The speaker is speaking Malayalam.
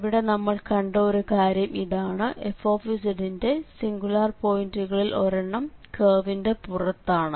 ഇവിടെ നമ്മൾ കണ്ട ഒരു കാര്യം ഇതാണ് f ന്റെ സിംഗുലാർ പോയിന്റുകളിൽ ഒരെണ്ണം കേർവിന്റെ പുറത്താണ്